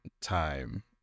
time